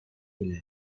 film